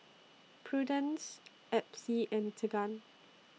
Prudence Epsie and Tegan